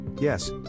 yes